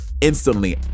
instantly